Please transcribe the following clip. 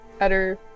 utter